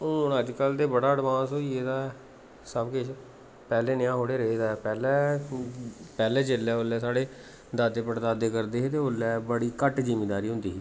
ते हून अज्जकल बड़ा अडवांस होई गेदा सब किश पैह्लें नेहा नेईं रेह्दा ऐ पैह्ले पैह्ले जिसलै ओल्लै साढ़े दादे पड़दादे करदे हे ते ओल्लै बड़ी घट्ट जीमींदारी होंदी ही